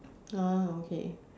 ah okay